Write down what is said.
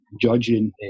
judging